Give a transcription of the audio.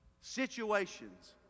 situations